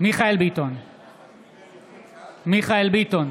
מיכאל מרדכי ביטון,